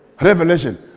Revelation